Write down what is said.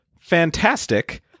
fantastic